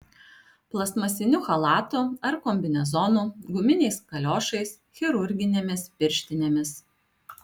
plastmasiniu chalatu ar kombinezonu guminiais kaliošais chirurginėmis pirštinėmis